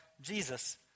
Jesus